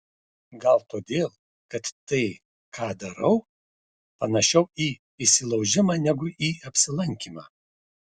gal todėl kad tai ką darau panašiau į įsilaužimą negu į apsilankymą